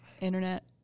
internet